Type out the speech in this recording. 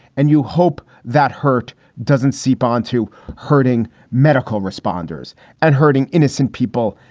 and you hope that hurt doesn't seep on to hurting medical responders and hurting innocent people.